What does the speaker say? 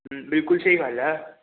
ਬਿਲਕੁਲ ਸਹੀ ਗੱਲ ਆ